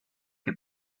que